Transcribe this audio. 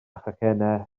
chacennau